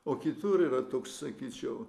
o kitur yra toks sakyčiau